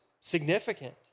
significant